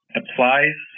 applies